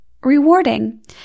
rewarding